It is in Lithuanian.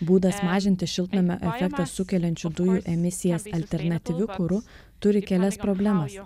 būdas mažinti šiltnamio efektą sukeliančių dujų emisijas alternatyviu kuru turi kelias problemas